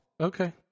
Okay